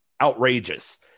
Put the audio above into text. outrageous